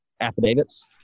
affidavits